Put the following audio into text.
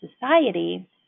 society